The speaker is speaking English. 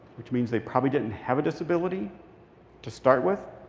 which means they probably didn't have a disability to start with.